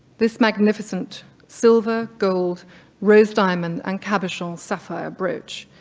this magnificent silver gold rose diamond and cabochon sapphire brooch.